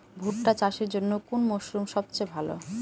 ভুট্টা চাষের জন্যে কোন মরশুম সবচেয়ে ভালো?